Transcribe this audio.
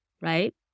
Right